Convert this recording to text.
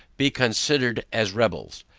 be considered as rebels.